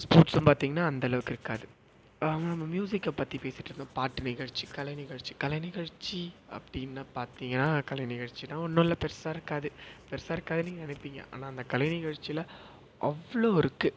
ஸ்போர்ட்ஸும் பார்த்தீங்கனா அந்த அளவுக்கு இருக்காது ஆமாம் நம்ம மியூசிக்கை பற்றி பேசிட்டுருந்தோம் பாட்டு நிகழ்ச்சி கலை நிகழ்ச்சி கலைநிகழ்ச்சி அப்படின்னு பார்த்தீங்கனா கலைநிகழ்ச்சி எல்லாம் ஒன்றும் அதில் பெருசாக இருக்காது பெருசாக இருக்காதுன்னு நீங்கள் நினைப்பீங்க ஆனால் அந்த கலைநிகழ்ச்சியில அவ்வளோ இருக்கு